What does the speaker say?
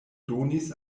donis